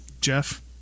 Jeff